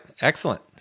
Excellent